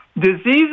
Diseases